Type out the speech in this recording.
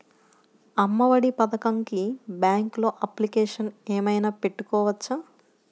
అమ్మ ఒడి పథకంకి బ్యాంకులో అప్లికేషన్ ఏమైనా పెట్టుకోవచ్చా?